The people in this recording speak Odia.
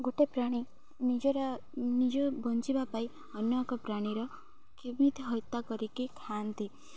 ଗୋଟେ ପ୍ରାଣୀ ନିଜର ନିଜ ବଞ୍ଚିବା ପାଇଁ ଅନ୍ୟ ଏକ ପ୍ରାଣୀର କେମିତି ହତ୍ୟା କରିକି ଖାଆନ୍ତି